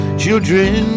children